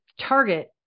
Target